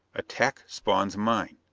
attack spawn's mine!